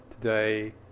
today